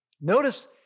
Notice